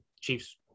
Chiefs